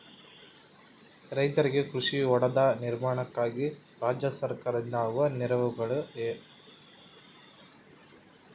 ರೈತರಿಗೆ ಕೃಷಿ ಹೊಂಡದ ನಿರ್ಮಾಣಕ್ಕಾಗಿ ರಾಜ್ಯ ಸರ್ಕಾರದಿಂದ ಆಗುವ ನೆರವುಗಳೇನು?